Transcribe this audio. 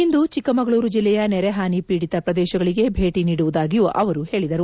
ಇಂದು ಚಿಕ್ಕಮಗಳೂರು ಜಿಲ್ಲೆಯ ನೆರೆ ಹಾನಿ ಪೀಡಿತ ಪ್ರದೇಶಗಳಿಗೆ ಭೇಟಿ ನೀಡುವುದಾಗಿಯೂ ಅವರು ಹೇಳಿದರು